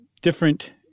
different